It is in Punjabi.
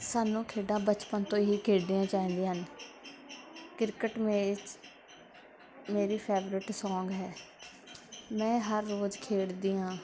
ਸਾਨੂੰ ਖੇਡਾਂ ਬਚਪਨ ਤੋਂ ਹੀ ਖੇਡਣੀਆਂ ਚਾਹੀਦੀਆਂ ਹਨ ਕ੍ਰਿਕਟ ਮੈਚ ਮੇਰੀ ਫੇਵਰਿਟ ਸੌਂਗ ਹੈ ਮੈਂ ਹਰ ਰੋਜ਼ ਖੇਡਦੀ ਹਾਂ